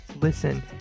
listen